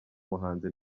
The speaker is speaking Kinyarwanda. muhanzi